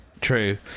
True